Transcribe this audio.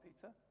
Peter